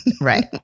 Right